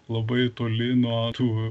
labai toli nuo tų